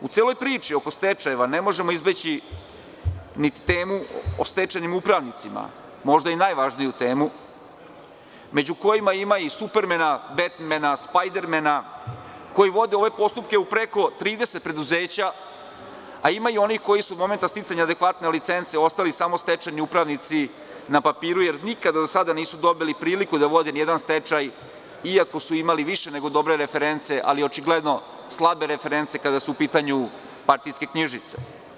U celoj priči oko stečajeva ne možemo izbeći ni temu o stečajnim upravnicima, možda i najvažniju temu, a među kojima ima i Supermena, Betmena, Spajdermena, koji vode ove postupke u preko 30 preduzeća, a ima i onih koji su u momentu sticanja adekvatne licence ostali samo stečajni upravnici na papiru, jer nikada do sada nisu dobili priliku da vode nijedan stečaj, iako su imali više nego dobre reference, ali očigledno slabe reference kada su u pitanju partijske knjižice.